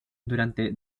durante